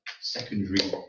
secondary